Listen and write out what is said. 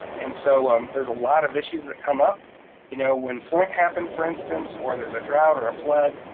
and so um there's a lot of issues that come up you know when flint happen for instance, or there's a drought or a flood,